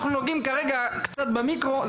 אנחנו נוגעים כרגע קצת במיקרו.